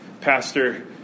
pastor